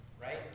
right